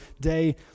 day